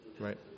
Right